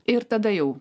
ir tada jau